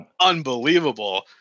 unbelievable